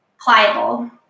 pliable